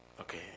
okay